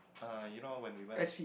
uh you know when we went